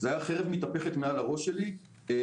זה היה חרב מתהפכת מעל הראש שלי בשל